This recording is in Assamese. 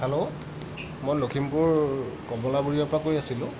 হেল্ল' মই লখিমপুৰ কমলাবৰীয়াৰ পৰা কৈ আছিলোঁ